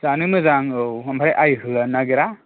जानो मोजां औ ओमफ्राय आय होनो नागेरा